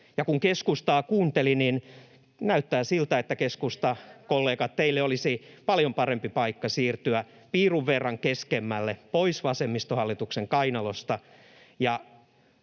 kun keskustaa kuunteli, niin näyttää siltä, että teille, keskustakollegat, olisi paljon parempi paikka siirtyä piirun verran keskemmälle, pois vasemmistohallituksen kainalosta,